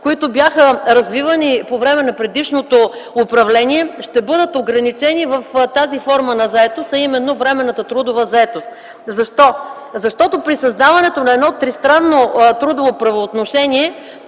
които бяха развивани по време на предишното управление, ще бъдат ограничени в тази форма на заетост, а именно временната трудова заетост. Защо? Защото при създаването на едно тристранно трудово правоотношение